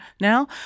now